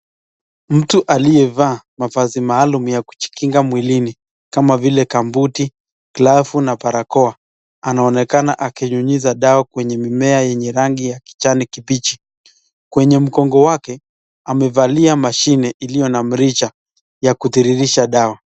Mtu aliyevaa mavazi maalum ya kujikinga mwilini kama vile gumbuti , glavu na barakoa. Anaonekana akinyunyiza dawa kwenye mimea yenye rangi ya kijani kibichi. Kwenye mgongo wake amevalia mashine iliyo na mrija ya kutiririsha dawa.